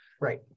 right